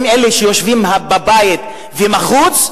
אלה שיושבים בבית ומחוץ,